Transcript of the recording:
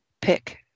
pick